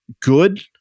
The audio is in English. good